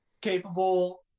capable